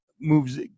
moves